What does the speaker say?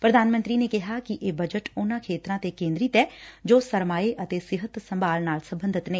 ਪੁਧਾਨ ਮੰਤਰੀ ਨੇ ਕਿਹਾ ਕਿ ਇਹ ਬਜਟ ਉਨਾ ਖੇਤਰਾ ਤੇ ਕੇਦਰਿਤ ਐ ਜੋ ਸਰਮਾਏ ਅਤੇ ਸਿਹਤ ਸੰਭਾਲ ਨਾਲ ਸਬੰਧਤ ਨੇ